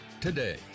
today